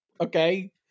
okay